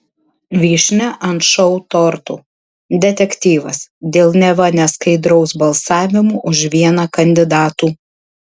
vyšnia ant šou torto detektyvas dėl neva neskaidraus balsavimo už vieną kandidatų